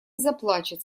заплачет